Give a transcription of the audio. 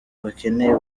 bakeneye